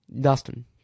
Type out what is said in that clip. Dustin